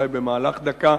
אולי במהלך דקה,